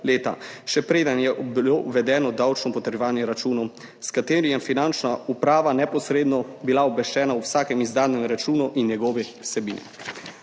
še preden je bilo uvedeno davčno potrjevanje računov, s katerim je bila Finančna uprava neposredno obveščena o vsakem izdanem računu in njegovi vsebini.